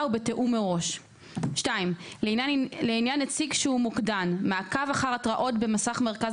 ובתיאום מראש; (2)לעניין נציג שהוא מוקדן מעקב אחר התראות במסך מרכז